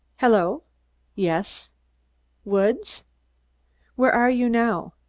hello yes woods where are you now?